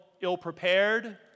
ill-prepared